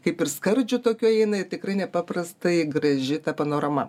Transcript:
kaip ir skardžiu tokiu eina ir tikrai nepaprastai graži panorama